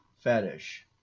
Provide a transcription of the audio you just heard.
fetish